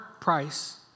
price